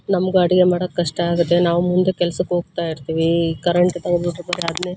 ನಮ್ಗೆ ಅಡಿಗೆ ಮಾಡಕ್ಕೆ ಕಷ್ಟ ಆಗತ್ತೆ ನಾವು ಮುಂದೆ ಕೆಲ್ಸಕ್ಕೆ ಹೋಗ್ತಾಯಿರ್ತಿವಿ ಈ ಕರೆಂಟ್ ತಗದ್ಬಿಟ್ಟರೆ ಅಂದರೆ ಅದನ್ನೇ